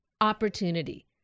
opportunity